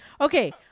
Okay